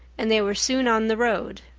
and they were soon on the road.